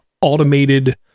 automated